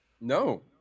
No